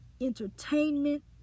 entertainment